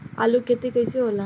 आलू के खेती कैसे होला?